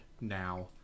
now